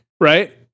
right